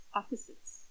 opposites